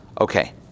Okay